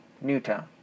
Newtown